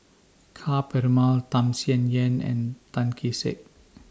Ka Perumal Tham Sien Yen and Tan Kee Sek